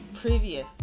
previous